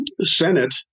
Senate